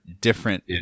different